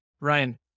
Ryan